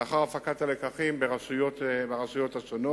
לאחר הפקת הלקחים, ברשויות שונות.